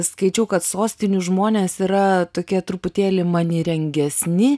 skaičiau kad sostinių žmonės yra tokie truputėlį manieringesni